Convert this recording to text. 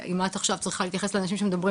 אם את עכשיו צריכה להתייחס לאנשים שמדברים